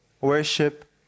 worship